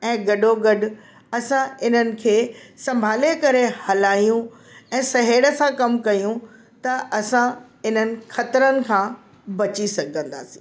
ऐं गॾो गॾु असां इन्हनि खे संभाले करे हलाइयूं ऐं सहण सां कमु कयूं त असां इन्हनि खतरनि खां बची सघंदासीं